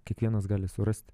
kiekvienas gali surasti